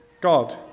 God